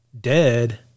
dead